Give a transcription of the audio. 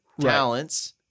talents